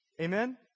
Amen